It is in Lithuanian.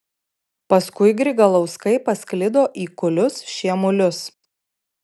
paskui grigalauskai pasklido į kulius šiemulius